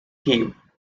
team